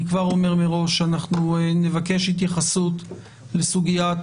אני אומר מראש שאנחנו נבקש התייחסות לסוגיית